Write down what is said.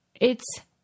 It's-